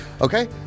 Okay